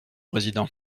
président